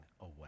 away